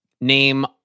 Name